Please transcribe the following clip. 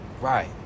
Right